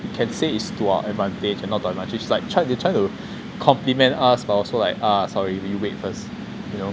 you can say it's to our advantage and not to like they trying to trying to like compliment us but also like ah sorry we wait first